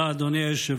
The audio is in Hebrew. תודה, אדוני היושב-ראש.